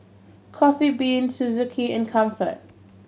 Coffee Bean Suzuki and Comfort